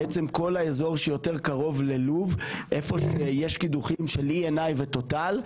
בעצם כל האזור שיותר קרוב ללוב איפה שיש קידוחים של ENI ו-TOTAL.